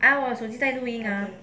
ah 我有在录音 ah